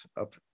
up